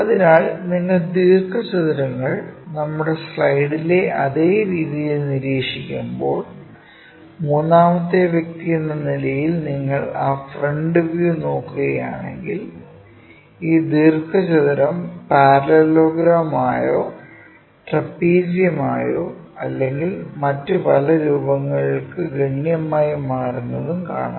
അതിനാൽ നിങ്ങൾ ദീർഘചതുരങ്ങൾ നമ്മുടെ സ്ലൈഡിലെ അതേ രീതിയിൽ നിരീക്ഷിക്കുമ്പോൾ മൂന്നാമത്തെ വ്യക്തിയെന്ന നിലയിൽ നിങ്ങൾ ആ ഫ്രണ്ട് വ്യൂ നോക്കുകയാണെങ്കിൽ ഈ ദീർഘചതുരം പാരല്ലെലോഗ്രാം ആയോ ട്രപ്പീസിയം ആയോ അല്ലെങ്കിൽ മറ്റു പല രൂപങ്ങളിലേക്കോ ഗണ്യമായി മാറുന്നത് കാണാം